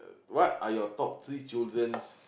what are your top three children's